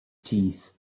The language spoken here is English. teeth